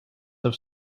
have